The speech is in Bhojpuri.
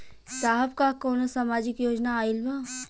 साहब का कौनो सामाजिक योजना आईल बा?